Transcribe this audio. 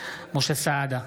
משה סעדה,